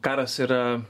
karas yra